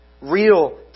Real